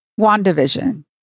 WandaVision